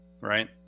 Right